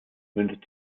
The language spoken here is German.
mündet